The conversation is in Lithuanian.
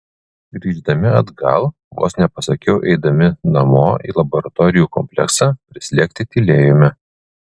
grįždami atgal vos nepasakiau eidami namo į laboratorijų kompleksą prislėgti tylėjome